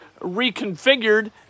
reconfigured